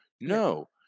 No